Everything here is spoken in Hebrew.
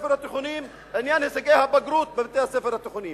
עניין הישגי הבגרות בבתי-הספר התיכוניים,